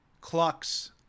clucks